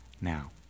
now